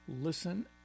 listen